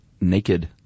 naked